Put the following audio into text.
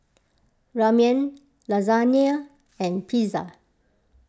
Ramen Lasagna and Pizza